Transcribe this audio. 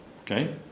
okay